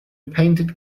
painted